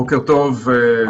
בוקר טוב.